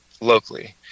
locally